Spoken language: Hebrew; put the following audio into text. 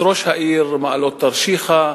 את ראש העיר מעלות תרשיחא,